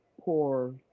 poor